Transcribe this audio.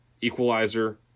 equalizer